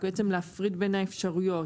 להפריד בין האפשרויות.